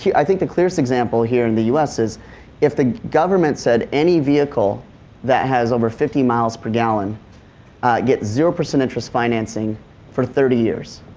i think the clearest example here in the u s. is if the government said any vehicle that has over fifty miles per gallon gets zero percent interest financing for thirty years,